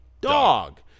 dog